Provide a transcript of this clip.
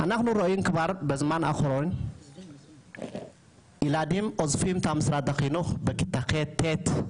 אנחנו רואים בזמן האחרון ילדים עוזבים את משרד החינוך בכיתה ח'-ט'.